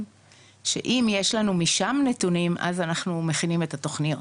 שאם יש לנו משם נתונים אז אנחנו מכינים את התוכניות,